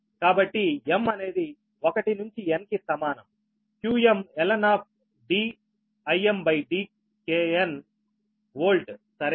కాబట్టి m అనేది 1నుంచి N కి సమానం qm ln Dim Dkm volt సరేనా